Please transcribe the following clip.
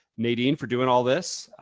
nadine, for doing all this.